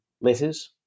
letters